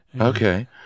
okay